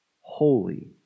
holy